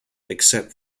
except